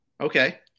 okay